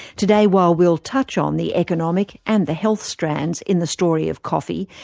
today, while we'll touch on the economic, and the health strands in the story of coffee,